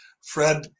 Fred